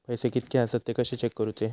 पैसे कीतके आसत ते कशे चेक करूचे?